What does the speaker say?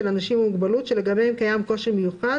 אנשים עם מוגבלות שלגביהם קיים קושי מיוחד,